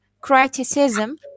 criticism